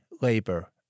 labor